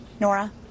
Nora